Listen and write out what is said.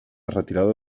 retirada